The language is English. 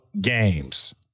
games